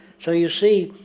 so you see,